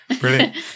brilliant